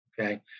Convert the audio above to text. Okay